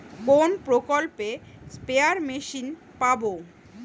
কোন প্রকল্পে spare machine পাব?